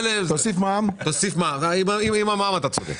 עם המע"מ, אתה צודק.